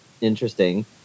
interesting